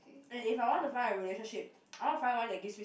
and if I want to find a relationship I want to find one that gives me